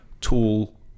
tool